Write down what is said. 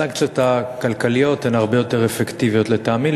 הסנקציות הכלכליות הן הרבה יותר אפקטיביות לטעמי,